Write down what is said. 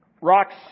Rocks